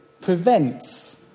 prevents